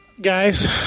Guys